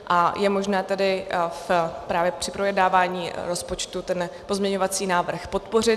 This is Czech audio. A je možné právě při projednávání rozpočtu ten pozměňovací návrh podpořit.